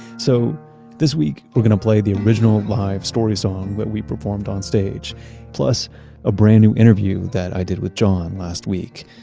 so this week, we're going to play the original live story-song that we performed on stage plus a brand new interview that i did with jon last week.